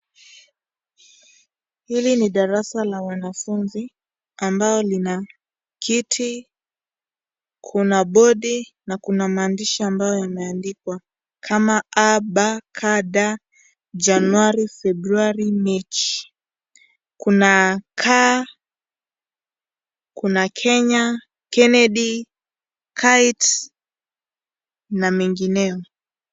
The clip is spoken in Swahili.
Hili ni darasa la wanafunzi ambalo Lina kiti, Kuna bodi na maandishi ambayo yameandikwa kama a b c d, Januari, Februari, mechi. Kuna car , Kenya, Kennedy , kite na mengineyo